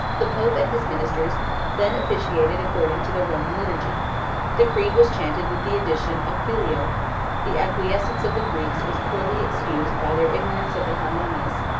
the pope and his ministers then officiated according to the roman liturgy the creed was chanted with the addition of filioque the acquiescence of the greeks was poorly excused by their ignorance of the harmonious,